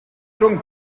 rhwng